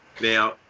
Now